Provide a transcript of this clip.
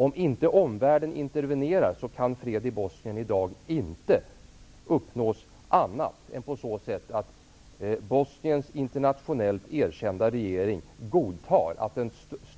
Om inte omvärlden intervenerar, kan fred i Bosnien i dag inte uppnås annat än på så sätt att Bosniens internationellt erkända regering godtar att